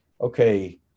okay